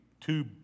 two